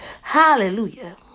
Hallelujah